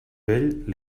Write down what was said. vell